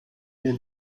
wir